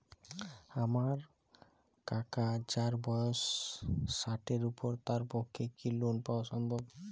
আমার কাকা যাঁর বয়স ষাটের উপর তাঁর পক্ষে কি লোন পাওয়া সম্ভব?